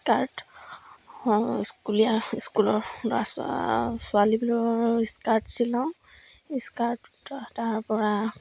skirt স্কুলীয়া স্কুলৰ ল'ৰা ছোৱালী ছোৱালীবিলৰ স্কাৰ্ট চিলাওঁ স্কাৰ্ট তাৰ পৰা